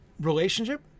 relationship